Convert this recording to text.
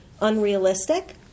unrealistic